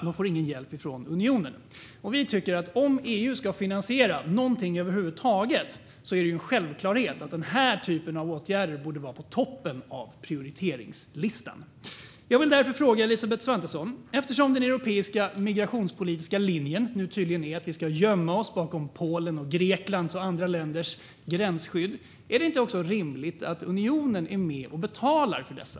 De får ingen hjälp från unionen. Om EU ska finansiera någonting över huvud taget tycker vi att det är en självklarhet att den här typen av åtgärder borde ligga i toppen på prioriteringslistan. Jag vill därför fråga Elisabeth Svantesson: Eftersom den europeiska migrationspolitiska linjen nu tydligen är att vi ska gömma oss bakom Polens, Greklands och andra länders gränsskydd, är det då inte rimligt att unionen är med och betalar för dessa?